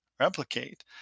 replicate